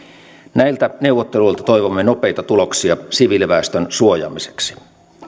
näiltä neuvotteluilta toivomme nopeita tuloksia siviiliväestön suojaamiseksi